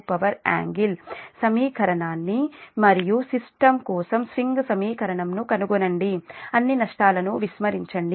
power angle సమీకరణాన్ని మరియు system కోసం స్వింగ్ సమీకరణం ను కనుగొనండి అన్ని నష్టాలను విస్మరించండి